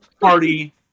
party